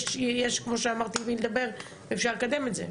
יש כמו שאמרתי עם מי לדבר ואפשר לקדם את זה.